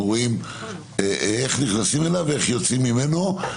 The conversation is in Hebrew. רואים איך נכנסים אליו ואיך יוצאים ממנו,